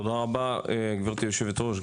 תודה רבה גברתי היושבת-ראש,